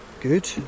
good